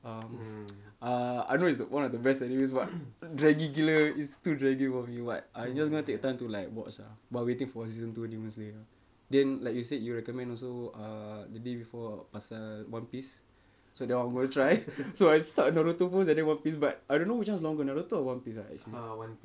um ah I know it's one of the best animes but draggy gila it's too draggy for me but I'm just gonna take the time to like watch ah but waiting for season two demon slayer then like you said you recommend also ah the day before pasal one piece so that [one] will try so I start naruto first and then one piece but I don't know which one is longer naruto or one piece ah actually